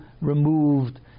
removed